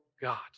God